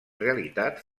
realitat